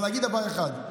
אבל נגיד דבר אחד: